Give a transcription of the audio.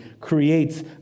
creates